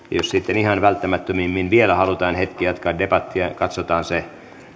sitten ihan välttämättömimmin vielä halutaan hetki jatkaa debattia katsotaan se